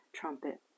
trumpet